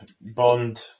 Bond